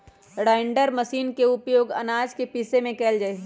grinder machine के उपयोग आनाज के पीसे में कइल जाहई